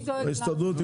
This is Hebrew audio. ההסתדרות,